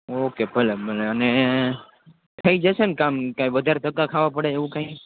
okay ભલે ભલે અને થઈ જશે ન કામ કઈ વધારે ધક્કા ખાવા પડે એવું કાઈ